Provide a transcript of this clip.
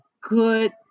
good